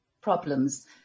problems